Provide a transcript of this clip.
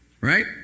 right